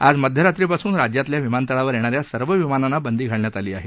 आज मध्यरात्रीपासून राज्यातल्या विमानतळावर येणा या सर्व विमानांना बंदी घालण्यात आली आहे